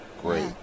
Great